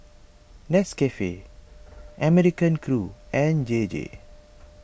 Nescafe American Crew and J J